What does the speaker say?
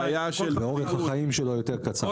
ואורך החיים שלו יותר קצר.